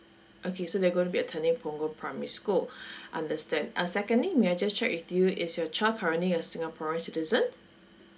okay so they're going to be attending punggol primary school understand uh secondly may I just check with you is your child currently a singaporean citizen